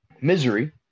misery